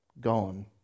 gone